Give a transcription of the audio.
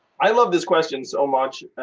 i love this question so much.